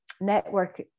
network